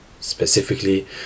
Specifically